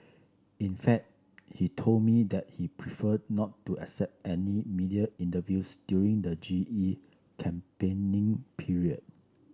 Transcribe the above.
in fact he told me that he preferred not to accept any media interviews during the G E campaigning period